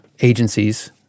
agencies